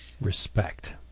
respect